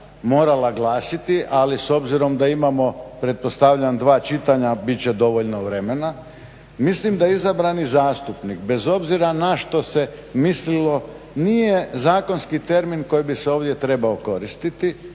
morala glasiti, ali s obzirom da imamo pretpostavljam dva čitanja bit će dovoljno vremena. Mislim da izabrani zastupnik bez obzira na što se mislilo nije zakonski termin koji bi se ovdje trebao koristiti